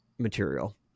material